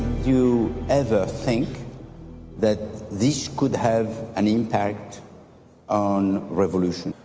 you ever think that this could have an impact on revolution?